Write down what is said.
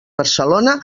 barcelona